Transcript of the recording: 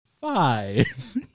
Five